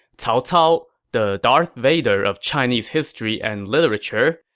cao cao, the darth vader of chinese history and literature,